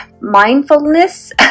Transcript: mindfulness